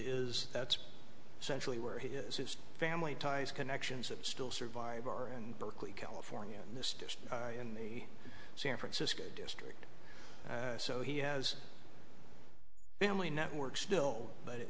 is that's essentially where he is his family ties connections that still survive are in berkeley california and this just in the san francisco district so he has family networks still but